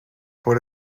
por